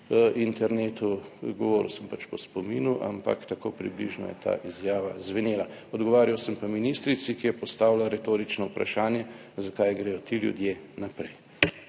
na internetu. Govoril sem pač po spominu, ampak tako približno je ta izjava zvenela. Odgovarjal sem pa ministrici, ki je postavila retorično vprašanje zakaj gredo ti ljudje naprej.